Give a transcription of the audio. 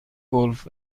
گلف